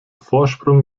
vorsprung